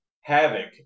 Havoc